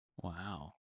Wow